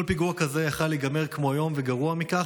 כל פיגוע כזה יכול להיגמר כמו היום וגרוע מכך,